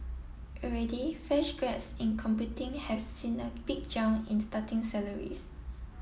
already fresh grads in computing have seen a big jump in starting salaries